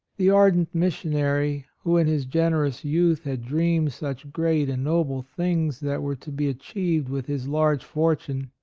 the ardent missionary, who in his generous youth had dreamed such great and noble things that were to be achieved with his large fortune,